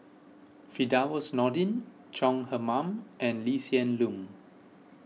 Firdaus Nordin Chong Heman and Lee Hsien Loong